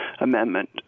Amendment